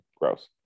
Gross